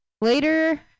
Later